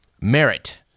merit